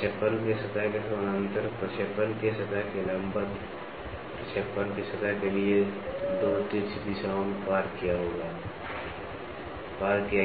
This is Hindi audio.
प्रक्षेपण के सतह के समानांतर प्रक्षेपण के सतह के लंबवत प्रक्षेपण के सतह के लिए 2 तिरछी दिशाओं में पार किया